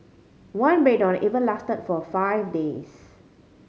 one breakdown even lasted for five days